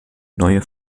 neue